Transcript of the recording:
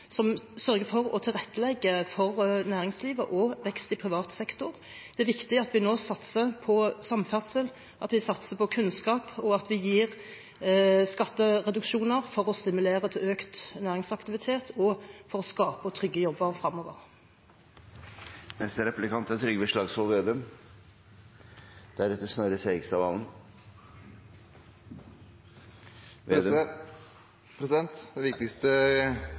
som sørger for å tilrettelegge for næringslivet og vekst i privat sektor. Det er viktig at vi nå satser på samferdsel, at vi satser på kunnskap, og at vi gir skattereduksjoner for å stimulere til økt næringsaktivitet og for å skape og trygge jobber fremover. Det viktigste